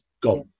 gone